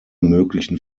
möglichen